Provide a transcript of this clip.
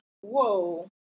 Whoa